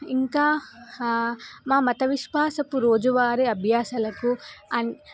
ఇంకా మా మత విశ్వాసపు రోజువారే అభ్యాసాలకు అం